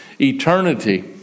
eternity